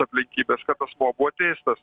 aplinkybes kad asmuo buvo teistas